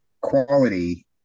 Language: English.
quality